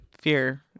fear